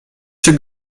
czy